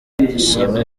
ishimwe